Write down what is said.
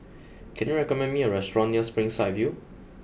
can you recommend me a restaurant near Springside View